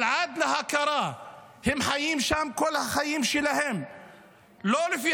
אבל עד להכרה הם חיים שם כל החיים שלהם לא לפי